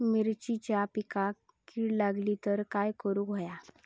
मिरचीच्या पिकांक कीड लागली तर काय करुक होया?